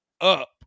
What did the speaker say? up